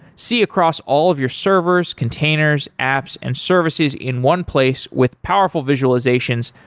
see across all of your servers, containers, apps and services in one place with powerful visualizations,